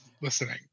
listening